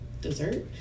dessert